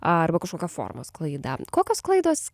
arba kažkokia formos klaida kokios klaidos